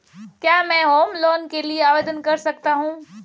क्या मैं home loan के लिए आवेदन कर सकता हूं?